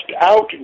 out